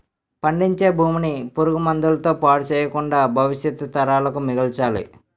పండించే భూమిని పురుగు మందుల తో పాడు చెయ్యకుండా భవిష్యత్తు తరాలకు మిగల్చాలి